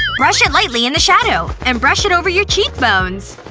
brush it lightly in the shadow, and brush it over your cheek bones.